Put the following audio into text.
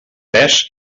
pes